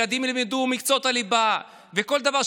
שילדים ילמדו את מקצועות הליבה וכל דבר,